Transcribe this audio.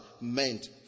meant